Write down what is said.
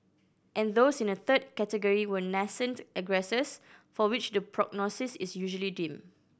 and those in a third category were nascent aggressors for which the prognosis is usually dim